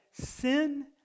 sin